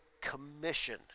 commission